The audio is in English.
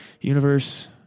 universe